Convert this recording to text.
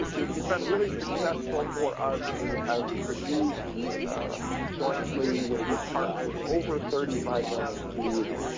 this has been really successful for us. we have produced jointly with these partners over thirty five million seeds,